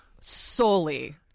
solely